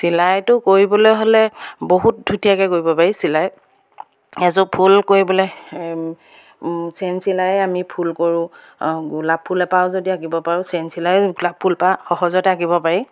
চিলাইটো কৰিবলৈ হ'লে বহুত ধুনীয়াকৈ কৰিব পাৰি চিলাই এযোৰ ফুল কৰিবলৈ চেন চিলাই আমি ফুল কৰোঁ গোলাপ ফুল এপাহো যদি আঁকিব পাৰোঁ চেন চিলাই গোলাপ ফুলপাহ সহজতে আঁকিব পাৰি